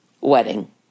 wedding